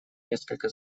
несколько